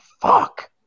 Fuck